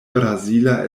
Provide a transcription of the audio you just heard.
brazila